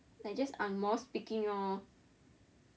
like just angmoh speaking lor